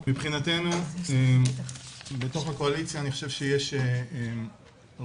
מבחינתנו, בתוך הקואליציה אני חושב שיש רוב